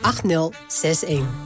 8061